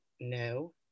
no